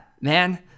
man